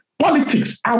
politics